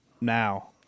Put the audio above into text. now